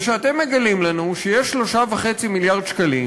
זה שאתם מגלים לנו שיש 3.5 מיליארד שקלים